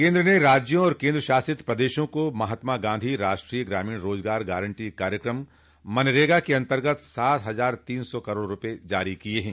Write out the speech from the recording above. केन्द्र ने राज्यों और केन्द्र शासित प्रदेशों को महत्मा गांधी राष्ट्रीय ग्रामीण रोजगार गारंटी कार्यक्रम मनरेगा के अंतर्गत सात हजार तीन सौ करोड रूपये जारी किए हैं